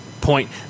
point